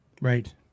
Right